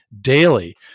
daily